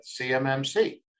CMMC